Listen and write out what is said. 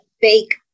fake